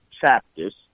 chapters